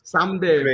Someday